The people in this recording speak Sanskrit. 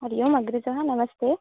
हरिः ओम् अग्रज नमस्ते